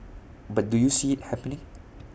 but do you see IT happening